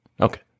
Okay